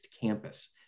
campus